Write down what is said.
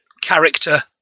character